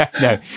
No